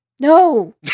No